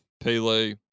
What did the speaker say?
Pele